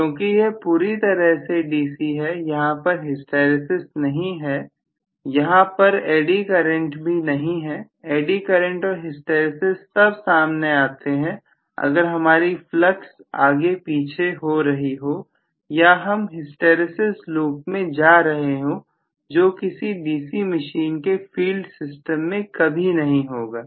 क्योंकि यह पूरी तरह से डीसी है यहां पर हिस्टैरिसीस नहीं है यहां पर एड्डी करेंट्स भी नहीं है एडी करंट और हिस्टैरिसीस तब सामने आते हैं अगर हमारी फ्लक्स आगे पीछे हो रही हो या हम हिस्टैरिसीस लूप में जा रहे हो जो किसी डीसी मशीन के फील्ड सिस्टम में कभी नहीं होगा